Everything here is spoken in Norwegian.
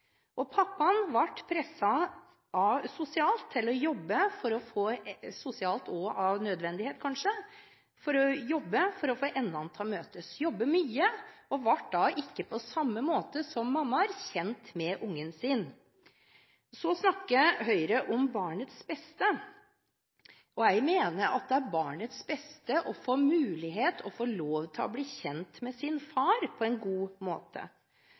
ble presset sosialt – og av nødvendighet, kanskje – til å jobbe for å få endene til å møtes. Pappaer jobbet mye og ble ikke på samme måte som mammaer kjent med ungen sin. Så snakker Høyre om barnets beste. Jeg mener at det er barnets beste å få mulighet og lov til å bli kjent med sin far på en god måte.